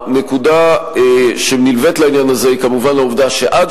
הנקודה שנלווית לעניין הזה היא כמובן העובדה שעד